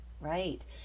right